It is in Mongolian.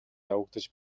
явагдаж